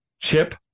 Chip